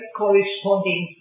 corresponding